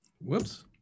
Whoops